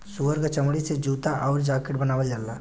सूअर क चमड़ी से जूता आउर जाकिट बनावल जाला